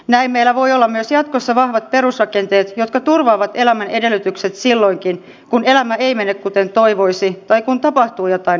näin meillä voi olla myös jatkossa vahvat perusrakenteet jotka turvaavat elämän edellytykset silloinkin kun elämä ei mene kuten toivoisi tai kun tapahtuu jotain yllättävää